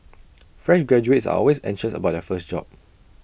fresh graduates are always anxious about their first job